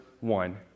one